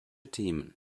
themen